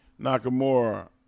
Nakamura